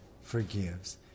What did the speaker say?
forgives